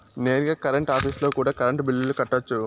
నేరుగా కరెంట్ ఆఫీస్లో కూడా కరెంటు బిల్లులు కట్టొచ్చు